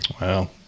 Wow